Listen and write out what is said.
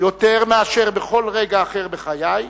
יותר מאשר בכל רגע אחר בחיי,